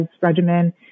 regimen